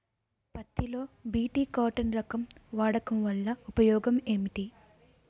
పత్తి లో BT cotton రకం వాడకం వల్ల ఉపయోగం ఏమిటి?